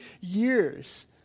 years